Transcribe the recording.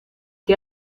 que